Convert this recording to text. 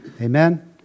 Amen